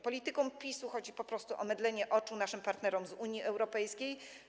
Politykom PiS chodzi po prostu o mydlenie oczu naszym partnerom z Unii Europejskiej.